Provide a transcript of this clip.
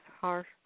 harsh